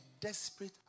desperate